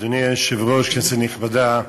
אדוני היושב-ראש, כנסת נכבדה,